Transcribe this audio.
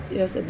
Yes